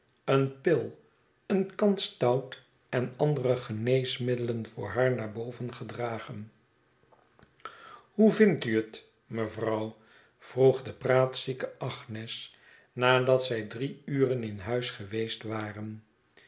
een pil een kan stout en andere geneesmiddelen voor haar naar boven gedragen hoe vind u het mevrouw vroeg de praatzieke agnes nadat zij drie uren in huis geweest waren